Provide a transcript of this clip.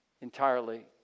entirely